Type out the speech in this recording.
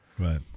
right